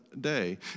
day